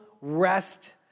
rest